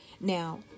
Now